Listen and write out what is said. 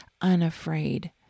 unafraid